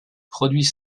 produit